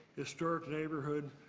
historic neighbourhood